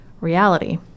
reality